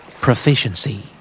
Proficiency